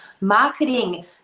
marketing